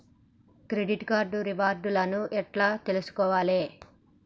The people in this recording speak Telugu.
క్రెడిట్ కార్డు రివార్డ్ లను ఎట్ల తెలుసుకోవాలే?